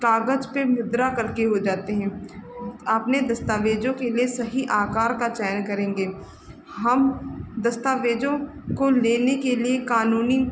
कागज पर मुद्रण करके हो जाते हैं आपने दस्तावेज़ों के लिए सही आकार का चयन करेंगे हम दस्तावेज़ों को लेने के लिए कानूनी